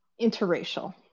interracial